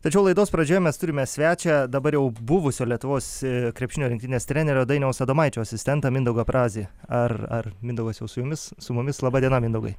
tačiau laidos pradžioje mes turime svečią dabar jau buvusio lietuvos krepšinio rinktinės trenerio dainiaus adomaičio asistentą mindaugą brazį ar ar mindaugas jau su jumis su mumis laba diena mindaugai